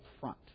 front